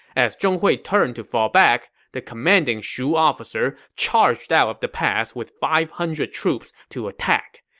as zhong hui turned to fall back, the commanding shu officer charged out of the pass with five hundred troops to attack.